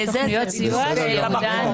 ייעודן סיוע להורים.